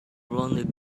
blonde